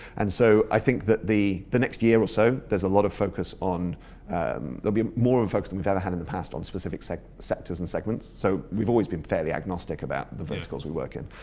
and so i think that the the next year or so there's a lot of focus on there'll be more in focus than we've ever had on the past on specific sectors sectors and segments, so we've always been fairly agnostic about the verticals we work in,